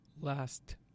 Last